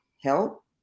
help